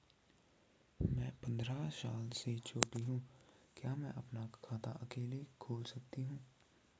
मैं पंद्रह साल से छोटी हूँ क्या मैं अपना खाता अकेला खोल सकती हूँ?